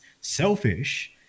Selfish